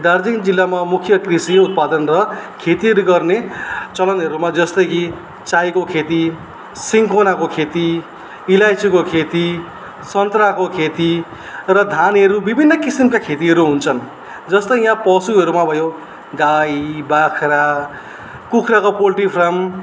दार्जिलिङ जिल्लामा मुख्य कृषि उत्पादन र खेतीहरू गर्ने चलनहरूमा जस्तै कि चायको खेती सिन्कोनाको खेती इलाइचीको खेती सन्तराको खेती र धानहरू विभिन्न किसिमका खेतीहरू हुन्छन् जस्तै यहाँ पशुहरूमा भयो गाई बाख्रा कुखुराको पोल्ट्री फार्म